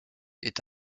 est